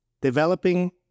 developing